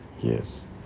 Yes